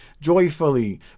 joyfully